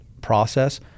process